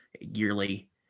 yearly